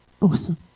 Awesome